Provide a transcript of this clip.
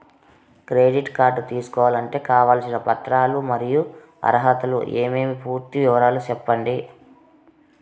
Credit card తీసుకోవాలంటే కావాల్సిన పత్రాలు మరియు అర్హతలు ఏమేమి పూర్తి వివరాలు సెప్పండి?